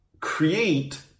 create